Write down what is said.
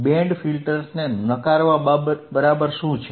band ફિલ્ટર્સને નકારવા બરાબર શું છે